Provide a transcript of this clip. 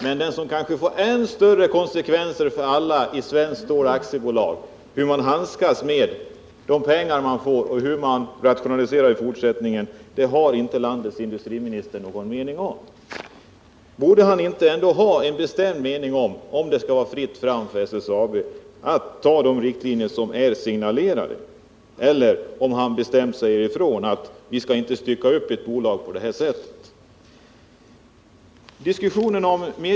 Men i den fråga som får än större konsekvenser för de anställda i Svenskt Stål AB, nämligen hur man handskas med de pengar man får och hur man i fortsättningen rationaliserar, har inte landets industriminister någon mening. Borde han inte ha en uppfattning om huruvida det skall vara fritt fram för SSAB att anta de riktlinjer som har signalerats? Säger industriministern ifrån att vi inte skall stycka upp ett bolag på det här sättet?